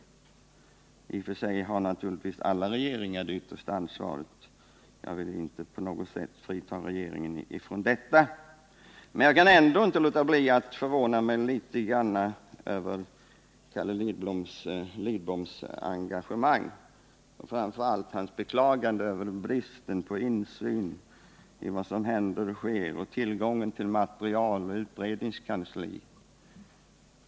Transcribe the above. I och för sig har naturligtvis varje regering det yttersta ansvaret under den tid den verkar jag vill inte på något sätt frita regeringen från det — men jag kan ändå inte låta bli att förvåna mig litet över Carl Lidboms engagemang och framför allt hans beklagande av bristen på insyn i vad som händer och sker, avsaknaden av aktuellt material, utredningskansli etc.